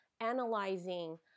analyzing